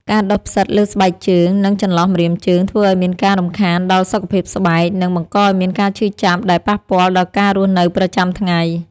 ការដុះផ្សិតលើស្បែកជើង និង ចន្លោះម្រាមជើងធ្វើឱ្យមានការរំខានដល់សុខភាពស្បែក និង បង្កឱ្យមានការឈឺចាប់ដែលប៉ះពាល់ដល់ការរស់នៅប្រចាំថ្ងៃ។